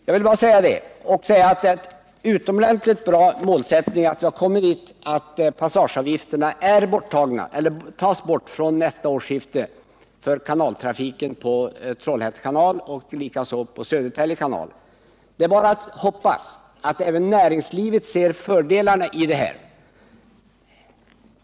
Jag vill bara säga att det är utomordentligt bra att vi har kommit fram till målsättningen att passageavgifterna skall tas bort fr.o.m. nästa årsskifte för kanaltrafiken på Trollhätte 163 Nr 48 kanal och Södertälje kanal. Det är bara att hoppas att även näringslivet ser Onsdagen den fördelarna i det här.